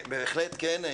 בהחלט כן.